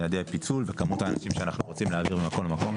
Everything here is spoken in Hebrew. יעדי הפיצול וכמות האנשים שאנחנו רוצים להעביר ממקום למקום,